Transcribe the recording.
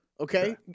Okay